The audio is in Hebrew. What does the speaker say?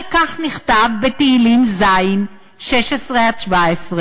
חבל שאין פה אף אחד.